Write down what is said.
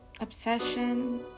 obsession